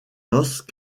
noces